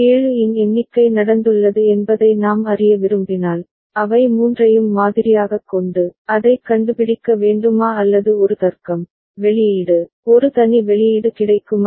7 இன் எண்ணிக்கை நடந்துள்ளது என்பதை நாம் அறிய விரும்பினால் அவை மூன்றையும் மாதிரியாகக் கொண்டு அதைக் கண்டுபிடிக்க வேண்டுமா அல்லது ஒரு தர்க்கம் வெளியீடு ஒரு தனி வெளியீடு கிடைக்குமா